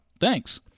Thanks